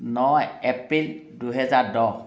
ন April দুহেজাৰ দহ